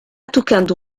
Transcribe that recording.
tocando